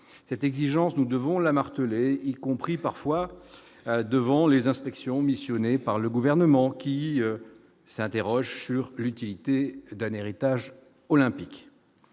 cette exigence, nous devons l'martelé, y compris parfois devant les inspections missionné par le gouvernement, qui s'interroge sur l'utilité d'un héritage olympique